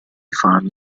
fan